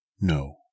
No